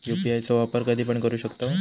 UPI चो वापर कधीपण करू शकतव?